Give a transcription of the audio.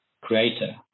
creator